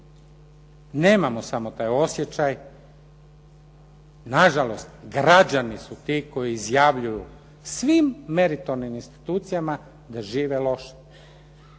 Nemamo samo taj osjećaj. Na žalost građani su ti koji izjavljuju svim meritornim institucijama da žive loše